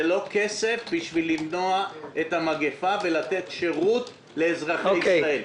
זה לא כסף בשביל למנוע את המגפה ולתת שירות לאזרחי ישראל.